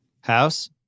House